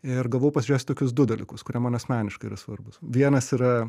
ir gavau pasižiūrėjęs tokius du dalykus kurie man asmeniškai yra svarbūs vienas yra